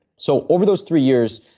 so, over those three years,